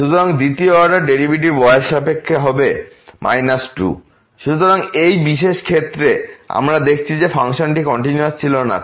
সুতরাং দ্বিতীয় order derivative y এর সাপেক্ষে হবে fy0y fy00y 2Δy 0Δy 2 সুতরাং এই বিশেষ ক্ষেত্রে আমরা দেখেছি যে ফাংশনটি কন্টিনিউয়াস ছিল না